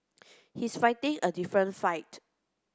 he's fighting a different fight